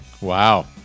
Wow